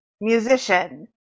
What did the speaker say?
musician